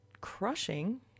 crushing